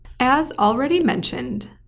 as already mentioned,